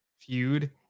feud